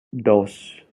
dos